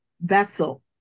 vessel